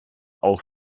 auch